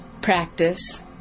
practice